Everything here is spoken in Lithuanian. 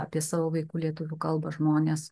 apie savo vaikų lietuvių kalbą žmonės